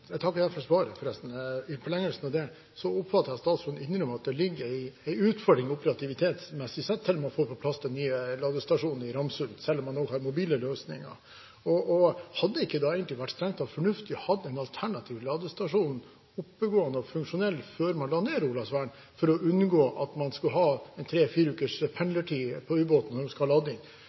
oppfatter jeg at statsråden innrømmer at det ligger en utfordring med hensyn til operativitet til man får på plass den nye ladestasjonen i Ramsund, selv om man også har mobile løsninger. Hadde det ikke strengt tatt vært fornuftig å ha en alternativ ladestasjon, oppegående og funksjonell, før man la ned Olavsvern, for å unngå tre–fire ukers pendlertid på ubåtene når de skal til lading? Jeg regner med at